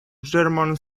german